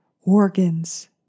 organs